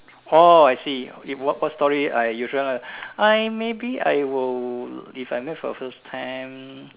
orh I see if what what story I usual one I maybe I will if I meet for first time